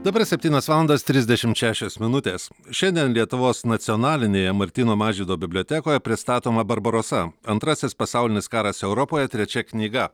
dabar septynios valandos trisdešimt šešios minutės šiandien lietuvos nacionalinėje martyno mažvydo bibliotekoje pristatoma barbarosa antrasis pasaulinis karas europoje trečia knyga